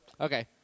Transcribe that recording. okay